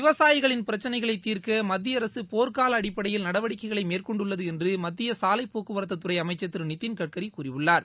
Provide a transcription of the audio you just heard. விவசாயிகளின் பிரச்சினைகளை தீர்க்க மத்திய அரசு போர்கால அடிப்படையில் நடவடிக்கைகளை மேற்கொண்டுள்ளது என்று மத்திய சாலை போக்குவரத்து துறை அமைச்சர் திரு நிதின் கட்கரி கூறியுள்ளார்